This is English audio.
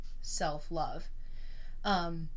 self-love